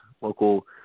local